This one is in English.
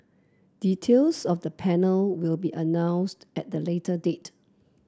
details of the panel will be announced at the later date